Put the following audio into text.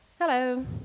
Hello